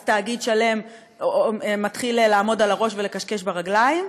ואז תאגיד שלם מתחיל לעמוד על הראש ולכשכש ברגליים,